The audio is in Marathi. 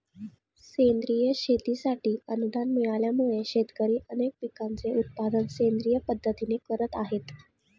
सेंद्रिय शेतीसाठी अनुदान मिळाल्यामुळे, शेतकरी अनेक पिकांचे उत्पादन सेंद्रिय पद्धतीने करत आहेत